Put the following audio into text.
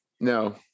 No